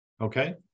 Okay